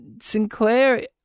Sinclair